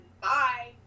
bye